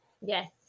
Yes